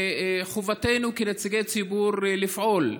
חובתנו כנציגי ציבור לפעול,